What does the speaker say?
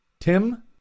Tim